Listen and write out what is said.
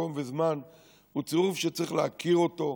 מקום וזמן הוא צירוף שצריך להכיר אותו,